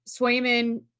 Swayman